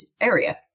area